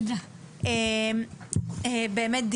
באמת,